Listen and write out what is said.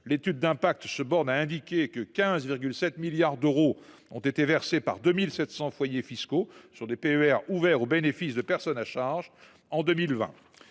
l’étude d’impact se bornant à indiquer que 15,7 milliards d’euros ont été versés par 2 700 foyers fiscaux sur des PER ouverts au bénéfice de personnes à charge en 2020.